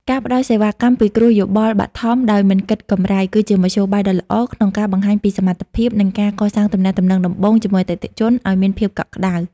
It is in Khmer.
ការផ្ដល់សេវាកម្មពិគ្រោះយោបល់បឋមដោយមិនគិតកម្រៃ គឺជាមធ្យោបាយដ៏ល្អក្នុងការបង្ហាញពីសមត្ថភាព និងការកសាងទំនាក់ទំនងដំបូងជាមួយអតិថិជនឱ្យមានភាពកក់ក្ដៅ។